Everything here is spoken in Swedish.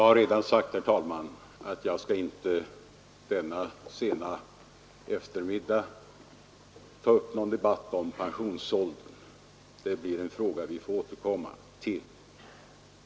Herr talman! Jag har redan sagt att jag denna sena eftermiddag inte skall ta upp någon debatt om pensionsåldern; den frågan får vi återkomma till.